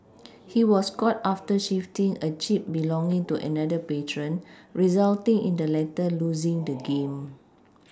he was caught after shifting a chip belonging to another patron resulting in the latter losing the game